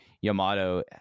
yamato